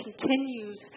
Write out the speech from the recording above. continues